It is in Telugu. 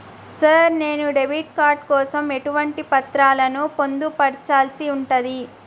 సార్ నేను డెబిట్ కార్డు కోసం ఎటువంటి పత్రాలను పొందుపర్చాల్సి ఉంటది?